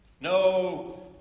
No